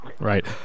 Right